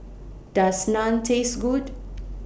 Does Naan Taste Good